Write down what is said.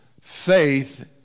faith